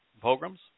pogroms